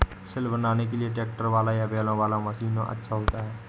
सिल बनाने के लिए ट्रैक्टर वाला या बैलों वाला मशीन अच्छा होता है?